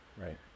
Right